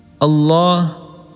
Allah